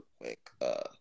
quick